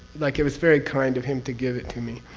like it was very kind of him to give it to me.